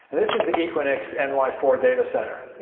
this is the equinix n y four data center,